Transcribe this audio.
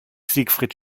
siegfried